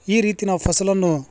ಈ ರೀತಿ ನಾವು ಫಸಲನ್ನು